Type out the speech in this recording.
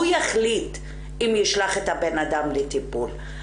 הוא יחליט אם לשלוח את האדם לטיפול,